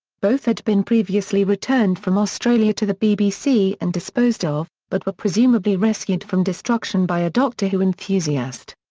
both had been previously returned from australia to the bbc and disposed of, but were presumably rescued from destruction by a doctor who enthusiast.